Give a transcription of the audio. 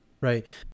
right